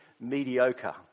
mediocre